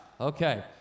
Okay